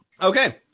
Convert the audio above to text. Okay